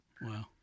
Wow